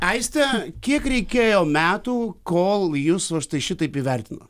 aiste kiek reikėjo metų kol jus va štai šitaip įvertino